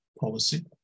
policy